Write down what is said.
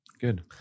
Good